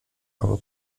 aber